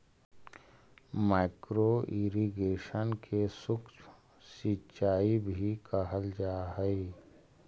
micro irrigation के सूक्ष्म सिंचाई भी कहल जा हइ